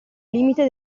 limite